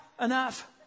enough